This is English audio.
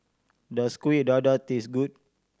does Kuih Dadar taste good